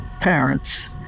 parents